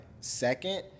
second